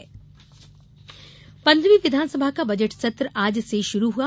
विधानसभा सत्र पन्द्रहवीं विधानसभा का बजट सत्र आज से शुरू हुआ